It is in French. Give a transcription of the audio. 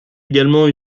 également